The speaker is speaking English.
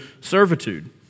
servitude